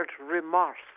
remorse